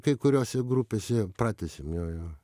kai kuriose grupėse ir pratęsiam jo jo